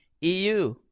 EU